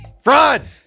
Fraud